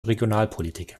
regionalpolitik